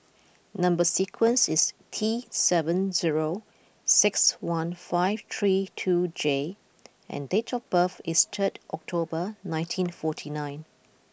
number sequence is T seven zero six one five three two J and date of birth is third October nineteen forty nine